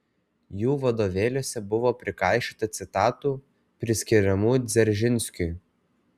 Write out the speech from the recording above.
jų vadovėliuose buvo prikaišiota citatų priskiriamų dzeržinskiui